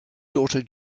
daughter